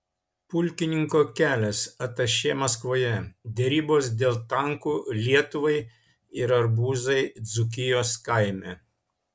pulkininko kelias atašė maskvoje derybos dėl tankų lietuvai ir arbūzai dzūkijos kaime